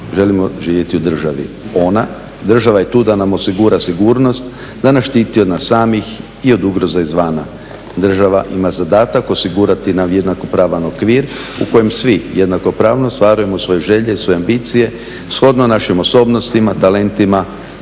želimo živjeti u državi. Ona, država je tu da nam osigura sigurnost, da nas štiti od nas samih i od ugroza izvana. Država imam zadatak osigurati nam jednako pravan okvir u kojem svi jednakopravno ostvarujemo svoje želje i svoje ambicije shodno našim osobnostima, talentima